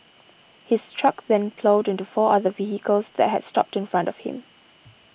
his truck then ploughed into four other vehicles that had stopped in front of him